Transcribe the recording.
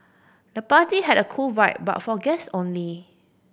the party had a cool vibe but for guest only